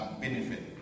benefit